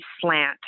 slant